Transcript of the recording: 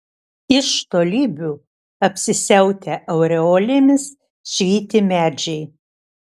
iš tolybių apsisiautę aureolėmis švyti medžiai